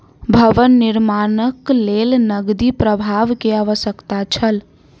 भवन निर्माणक लेल नकदी प्रवाह के आवश्यकता छल